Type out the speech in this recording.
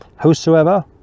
whosoever